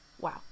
wow